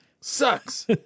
sucks